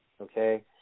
Okay